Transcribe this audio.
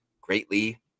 greatly